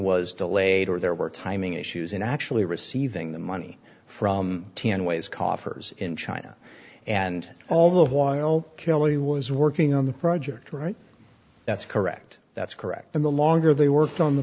was delayed or there were timing issues in actually receiving the money from t n ways coffers in china and all the while killing he was working on the project right that's correct that's correct and the longer they worked on the